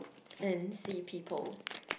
and see people